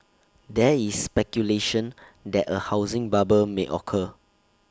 there is speculation that A housing bubble may occur